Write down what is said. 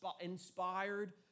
inspired